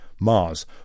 mars